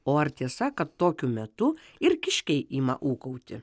o ar tiesa kad tokiu metu ir kiškiai ima ūkauti